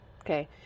okay